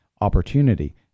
opportunity